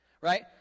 Right